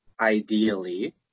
ideally